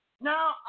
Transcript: Now